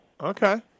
Okay